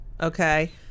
okay